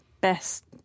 best